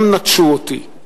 הם נטשו אותי.